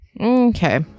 Okay